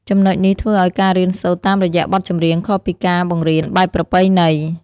ចំណុចនេះធ្វើឲ្យការរៀនសូត្រតាមរយៈបទចម្រៀងខុសពីការបង្រៀនបែបប្រពៃណី។